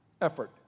effort